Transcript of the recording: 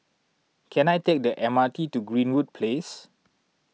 can I take the M R T to Greenwood Place